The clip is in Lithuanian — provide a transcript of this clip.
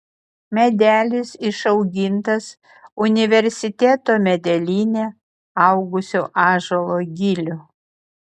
medelis išaugintas universiteto medelyne augusio ąžuolo gilių